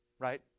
right